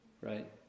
right